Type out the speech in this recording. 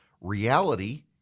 reality